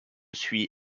suis